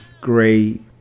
great